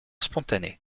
spontanée